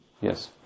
Yes